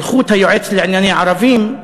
שלחו את היועץ לענייני ערבים,